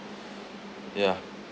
ya